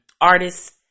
artists